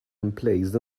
emplaced